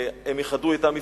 הם איחדו את עם ישראל.